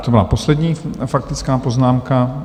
To byla poslední faktická poznámka...